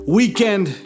weekend